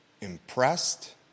impressed